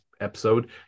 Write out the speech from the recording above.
episode